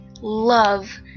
love